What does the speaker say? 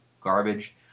garbage